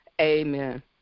Amen